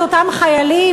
את אותם חיילים,